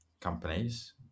companies